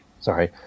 sorry